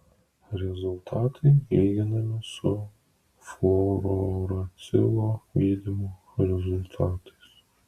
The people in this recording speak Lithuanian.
rezultatai lyginami su fluorouracilo gydymo rezultatais